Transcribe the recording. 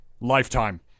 lifetime